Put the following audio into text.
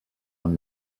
amb